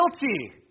guilty